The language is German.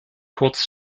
kurz